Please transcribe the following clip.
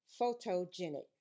Photogenic